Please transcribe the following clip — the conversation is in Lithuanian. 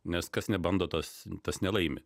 nes kas nebando tas tas nelaimi